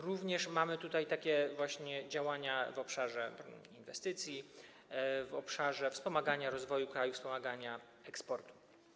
Również mamy tutaj takie właśnie działania w obszarze inwestycji, w obszarze wspomagania rozwoju kraju, wspomagania eksportu.